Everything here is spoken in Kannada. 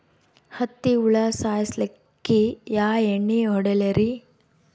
ಹತ್ತಿ ಹುಳ ಸಾಯ್ಸಲ್ಲಿಕ್ಕಿ ಯಾ ಎಣ್ಣಿ ಹೊಡಿಲಿರಿ?